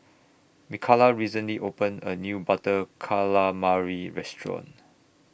Mikalah recently opened A New Butter Calamari Restaurant